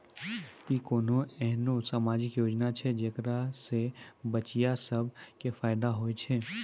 कि कोनो एहनो समाजिक योजना छै जेकरा से बचिया सभ के फायदा होय छै?